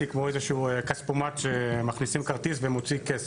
כמו איזה שהוא כספומט שמכניסים כרטיס ומוציאים כסף.